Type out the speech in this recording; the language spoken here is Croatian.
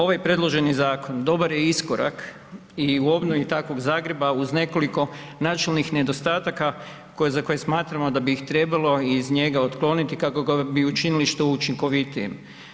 Ovaj predloženi zakon dobar je iskorak i u obnovi takvog Zagreba uz nekoliko načelnih nedostataka za koje smatramo da bi ih trebalo iz njega otkloniti kako bi ga učinili što učinkovitijim.